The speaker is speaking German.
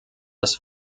das